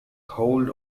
hold